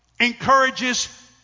encourages